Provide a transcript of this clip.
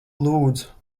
lūdzu